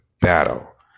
battle